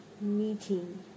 meeting